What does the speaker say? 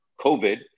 COVID